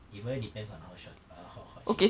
it will depends on how short err how hot she is